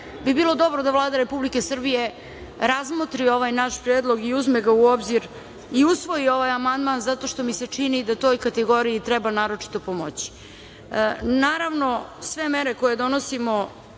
bi bilo dobro da Vlada Republike Srbije razmotri ovaj naš predlog i uzme ga u obzir i usvoji ovaj amandman zato što mi se čini da toj kategoriji treba naročito pomoći. Naravno, sve mere koje donosimo